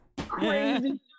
Crazy